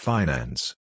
Finance